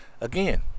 Again